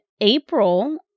April